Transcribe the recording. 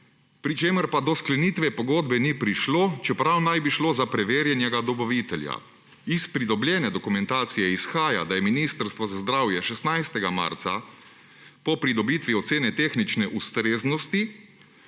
pri čemer pa do sklenitve pogodbe ni prišlo, čeprav naj bi šlo za preverjenega dobavitelja. Iz pridobljene dokumentacije izhaja, da je Ministrstvo za zdravje 16. marca, po pridobitvi ocene tehnične ustreznosti,